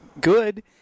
good